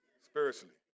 spiritually